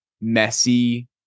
messy